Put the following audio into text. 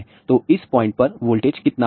तो इस पॉइंट पर वोल्टेज कितना होगा